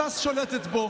ש"ס שולטת בו.